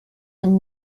and